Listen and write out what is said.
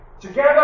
together